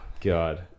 God